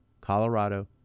Colorado